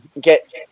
Get